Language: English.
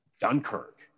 dunkirk